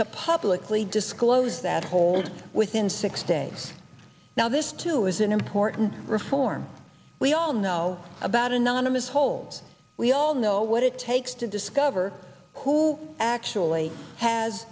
to publicly disclose that hold within six days now this too is an important reform we all know about anonymous holds we all know what it takes to discover who actually has